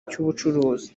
cy’ubucuruzi